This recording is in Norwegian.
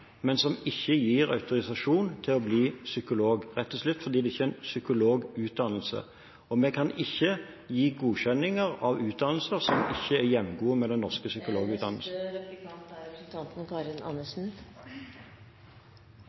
men som ikke gir autorisasjon til å bli psykolog, rett og slett fordi det ikke er en psykologutdannelse. Vi kan ikke gi godkjenninger av utdannelser som ikke er jevngode med den norske psykologutdannelsen. Skal vi klare å rekruttere folk inn i omsorgen i framtida, er